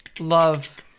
Love